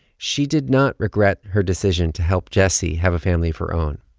she did not regret her decision to help jessie have a family of her own.